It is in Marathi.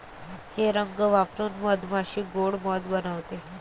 हे रंग वापरून मधमाशी गोड़ मध बनवते